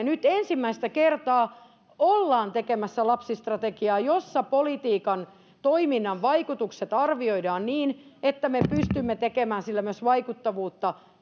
nyt ensimmäistä kertaa ollaan tekemässä lapsistrategiaa jossa politiikan toiminnan vaikutukset arvioidaan niin että me pystymme tekemään sillä myös vaikuttavuutta